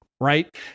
Right